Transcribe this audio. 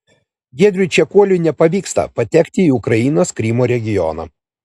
giedriui čekuoliui nepavyksta patekti į ukrainos krymo regioną